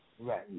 Right